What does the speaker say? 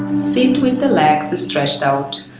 sit with the legs stretched out.